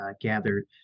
gathered